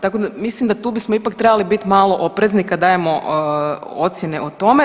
Tako da mislim da tu bismo ipak trebali biti malo oprezni kad dajemo ocjene o tome.